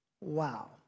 Wow